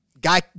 guy